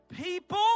People